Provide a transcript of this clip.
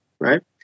right